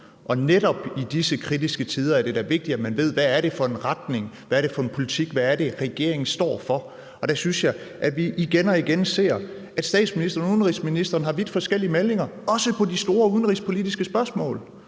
Netop i disse kritiske tider er det da vigtigt, at man ved, hvad det er for en retning, og hvad det er for en politik, regeringen står for. Og der synes jeg, at vi igen og igen ser, at statsministeren og udenrigsministeren har vidt forskellige meldinger, også på de store udenrigspolitiske spørgsmål.